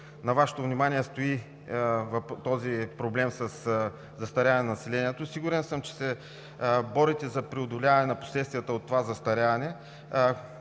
като цяло, стои този проблем със застаряване на населението. Сигурен съм, че се борите за преодоляване на последствията от това застаряване.